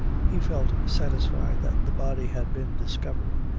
he felt satisfied that the body had been discovered,